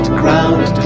ground